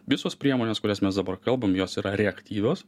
visos priemonės kurias mes dabar kalbam jos yra reaktyvios